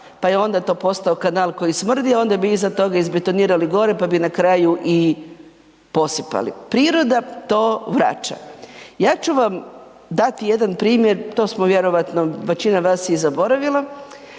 pa je onda to postao kanal koji smrdi, a onda bi iza toga i izbetonirali gore pa bi na kraju i posipali. Priroda to vraća. Ja ću vam dati jedan primjer, to smo vjerojatno, većina vas je i zaboravila.